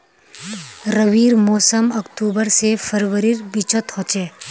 रविर मोसम अक्टूबर से फरवरीर बिचोत होचे